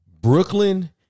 Brooklyn